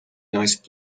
nice